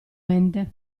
mente